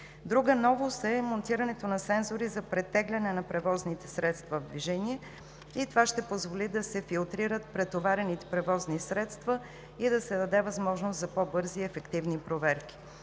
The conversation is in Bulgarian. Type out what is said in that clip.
Друга новост е монтирането на сензори за претегляне на превозните средства в движение – това ще позволи да се филтрират претоварените превозни средства и да се даде възможност за по-бързи и ефективни проверки.